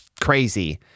crazy